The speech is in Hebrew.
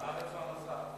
מה עם תשובה לשר?